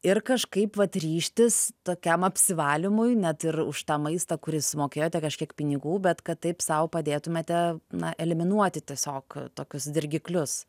ir kažkaip vat ryžtis tokiam apsivalymui net ir už tą maistą kurį sumokėjote kažkiek pinigų bet kad taip sau padėtumėte na eliminuoti tiesiog tokius dirgiklius